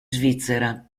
svizzera